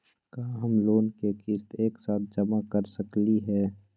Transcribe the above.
का हम लोन के किस्त एक साथ जमा कर सकली हे?